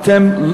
אתם.